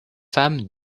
femmes